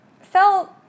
Felt